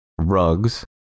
rugs